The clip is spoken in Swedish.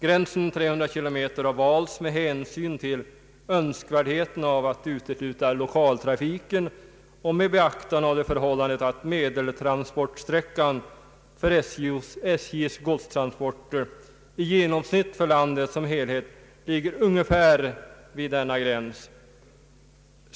Gränsen 300 kilometer har valts med hänsyn till önskvärdheten av att utesluta lokaltrafiken och med beaktande av det förhållandet att medeltransportsträckan för SJ:s godstransporter i genomsnitt för landet som helhet ligger ungefär vid denna gräns.